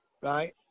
right